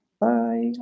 Bye